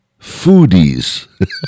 foodies